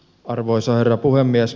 arvoisa herra puhemies